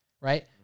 right